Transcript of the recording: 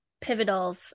pivotal